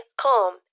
calm